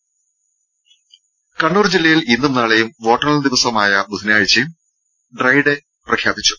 ടെട കണ്ണൂർ ജില്ലയിൽ ഇന്നും നാളെയും വോട്ടെണ്ണൽ ദിനമായ ബുധനാഴ്ചയും ജഡ്രൈ ഡേ ആയി പ്രഖ്യാപിച്ചു